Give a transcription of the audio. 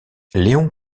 léon